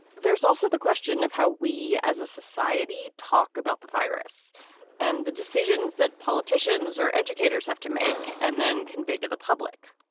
there's also the question of how we as a society talk about the virus and the decisions that politicians or educators have to make and then convey to the public.